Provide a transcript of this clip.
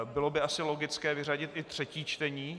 Bylo by asi logické vyřadit i třetí čtení.